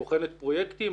שבוחנת פרויקטים.